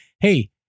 hey